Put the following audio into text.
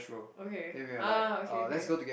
okay ah okay okay